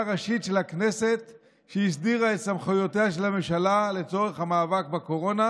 ראשית של הכנסת שהסדירה את סמכויותיה של הממשלה לצורך המאבק בקורונה.